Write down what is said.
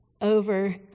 over